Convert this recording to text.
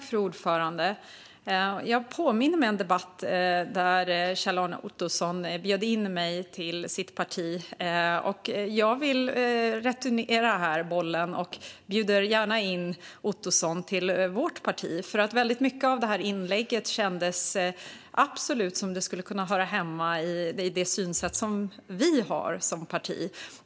Fru talman! Jag påminner mig en debatt där Kjell-Arne Ottosson bjöd in mig till sitt parti. Jag vill returnera bollen och bjuder gärna in Ottosson till vårt parti, för väldigt mycket av det här inlägget kändes absolut som om det skulle kunna höra hemma i det synsätt som vi har som parti.